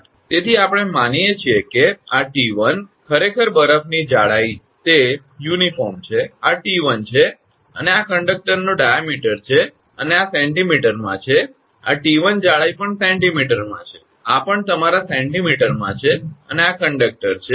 તેથી આપણે માની લઈએ કે આ 𝑡1 ખરેખર બરફની જાડાઈ તે સમાન છે આ 𝑡1 છે અને આ કંડક્ટરનો વ્યાસ છે અને આ સેન્ટીમીટરમાં છે આ 𝑡1 જાડાઈ પણ સેન્ટીમીટરમાં છે આ પણ તમારા સેન્ટીમીટરમાં છે અને આ કંડક્ટર છે